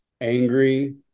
angry